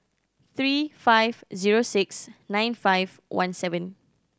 three five zero six nine five one seven